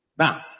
Now